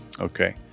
okay